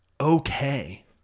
okay